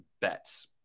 bets